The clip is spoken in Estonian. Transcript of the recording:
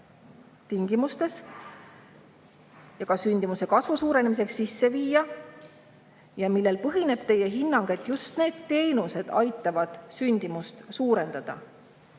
sündimuse kasvu suurenemiseks sisse viia? Millel põhineb teie hinnang, et just need teenused aitavad sündimust suurendada?